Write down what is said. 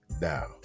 Now